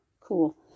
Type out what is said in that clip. cool